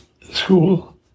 school